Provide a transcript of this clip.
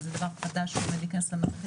שזה דבר חדש שעומד להיכנס למערכת.